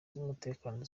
z’umutekano